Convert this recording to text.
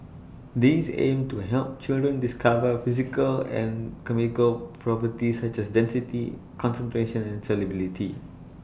these aim to help children discover physical and chemical properties such as density concentration and solubility